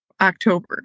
October